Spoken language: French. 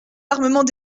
armements